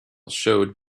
showed